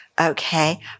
Okay